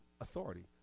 authority